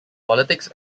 politics